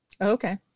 Okay